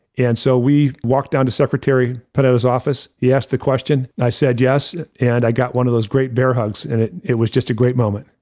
and so, we walked down to secretary panetta's office, he asked the question, i said, yes, and i got one of those great bear hugs. and it it was just a great moment.